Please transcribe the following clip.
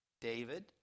David